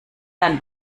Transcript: dann